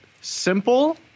simple